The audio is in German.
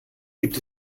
gibt